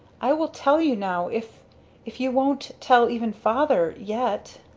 i will tell you now if if you won't tell even father yet.